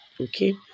Okay